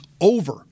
over